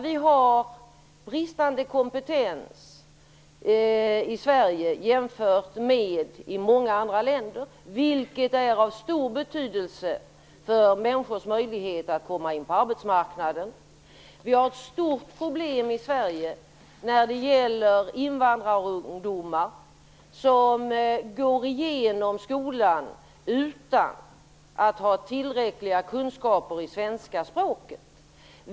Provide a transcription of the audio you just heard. Vi har bristande kompetens i Sverige jämfört med många andra länder, vilket är av stor betydelse för människors möjligheter att komma in på arbetsmarknaden. Vi har ett stort problem i Sverige när det gäller invandrarungdomar som går igenom skolan utan att ha tillräckliga kunskaper i svenska språket.